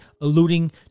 alluding